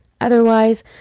Otherwise